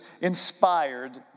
inspired